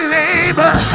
labor